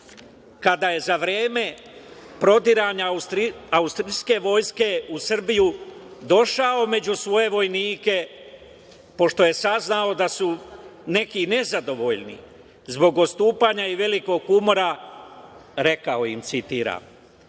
kada je za vreme prodiranja austrijske vojske u Srbiju došao među svoje vojnike pošto je saznao da su neki nezadovoljni zbog odstupanja i velikog umora rekao im je, citiram: